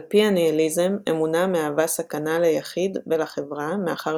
על פי הניהיליזם אמונה מהווה סכנה ליחיד ולחברה מאחר